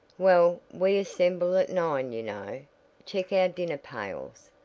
well, we assemble at nine you know check our dinner pails.